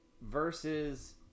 versus